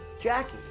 jackie